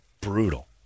brutal